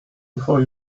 before